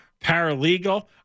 paralegal